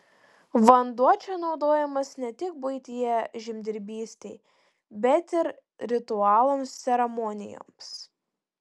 vanduo čia naudojamas ne tik buityje žemdirbystei bet ir ritualams ceremonijoms